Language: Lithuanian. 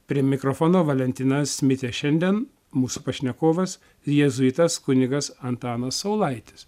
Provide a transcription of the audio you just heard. prie mikrofono valentinas mitė šiandien mūsų pašnekovas jėzuitas kunigas antanas saulaitis